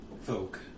folk